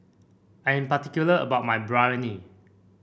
I'm particular about my Biryani